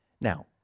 Now